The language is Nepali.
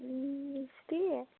उम् मिस्टी